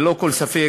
ללא כל ספק,